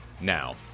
Now